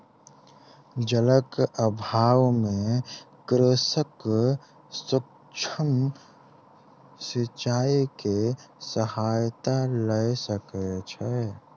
जलक अभाव में कृषक सूक्ष्म सिचाई के सहायता लय सकै छै